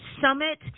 summit